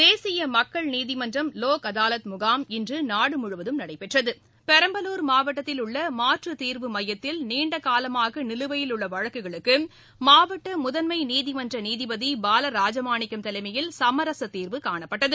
தேசிய மக்கள் நீதிமன்றம் லோக் அதாலத் முகாம் இன்று நாடுமுழுவதும் நடைபெற்றது பெரம்பலூர் மாவட்டத்தில் உள்ள மாற்றுத்தீர்வு மையத்தில் நீண்டகாலமாக நிலுவையில் உள்ள வழக்குகளுக்கு மாவட்ட முதன்மை நீதிமன்ற நீதிபதி பால ராஜமாணிக்கம் தலைமையில் சமரச தீர்வு காணப்பட்டது